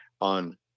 on